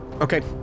Okay